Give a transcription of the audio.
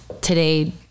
today